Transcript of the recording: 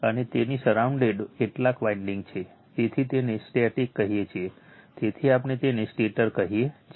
અને તેની સરાઉન્ડેડ કેટલાક વાઇન્ડીંગ છે તેથી તેને સ્ટેટિક કહીએ છીએ તેથી આપણે તેને સ્ટેટર કહીએ છીએ